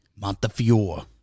Montefiore